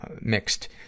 mixed